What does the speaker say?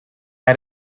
had